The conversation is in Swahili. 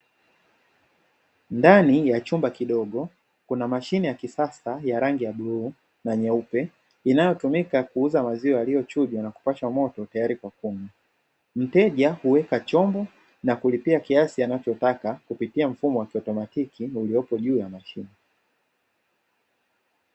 Ndani ya chumba kidogo, kuna mashine ya kisasa ya rangi ya bluu na nyeupe inayotumika kuuza maziwa yaliyochujwa na kupashwa moto tayari kwa kunywa. Mteja huweka chombo na kulipia kiasi anachotaka kupitia mfumo wa kiautomatiki uliopo juu ya mashine.